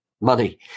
money